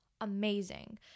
amazing